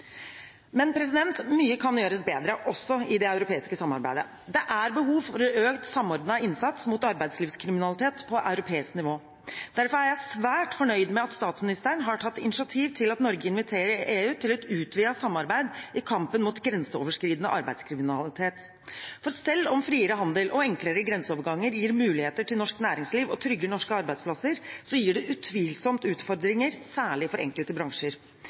Men mye kan gjøres bedre, også i det europeiske samarbeidet. Det er behov for økt samordnet innsats mot arbeidslivskriminalitet på europeisk nivå. Derfor er jeg er svært fornøyd med at statsministeren har tatt initiativ til at Norge inviterer EU til et utvidet samarbeid i kampen mot grenseoverskridende arbeidslivskriminalitet. For selv om friere handel og enklere grenseoverganger gir muligheter til norsk næringsliv og trygger norske arbeidsplasser, gir det utvilsomt utfordringer, særlig for enkelte bransjer.